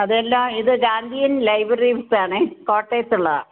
അതേയല്ലാ ഇത് ഗാന്ധിയന് library books ആണേ കോട്ടയത്ത് ഉള്ളതാ